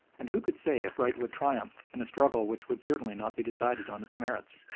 and who could say if right would triumph in a struggle which would certainly not be decided on its merits?